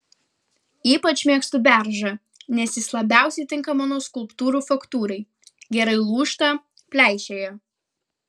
ypač mėgstu beržą nes jis labiausiai tinka mano skulptūrų faktūrai gerai lūžta pleišėja